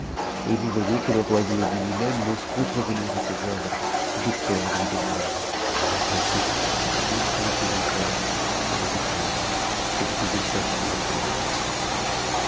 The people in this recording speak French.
et vous voyez que le roi zinebi lui-même n'ose contrevenir à ses ordres de peur de lui déplaire ainsi tout ce que nouspouvons faire c'est de vous plaindre et de vous exhorter à prendre patience